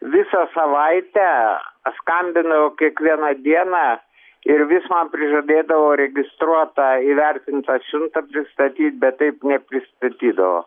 visą savaitę skambinau kiekvieną dieną ir vis man prižadėdavo registruotą įvertintąsiuntą pristatyt bet taip nepristatydavo